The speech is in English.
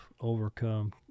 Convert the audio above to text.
overcome